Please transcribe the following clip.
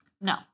No